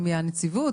מהנציבות?